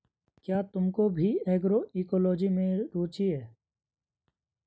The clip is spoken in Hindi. क्या तुमको भी एग्रोइकोलॉजी में रुचि है?